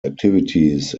activities